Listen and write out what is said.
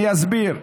אני אסביר.